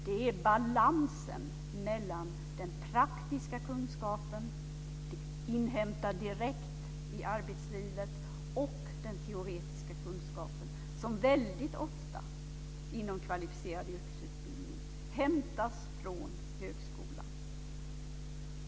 Det är balansen mellan den praktiska kunskapen, hämtad direkt i arbetslivet, och den teoretiska kunskapen, som väldigt ofta inom kvalificerad yrkesutbildning hämtas från högskolan.